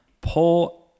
pull